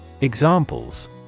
Examples